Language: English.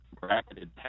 bracketed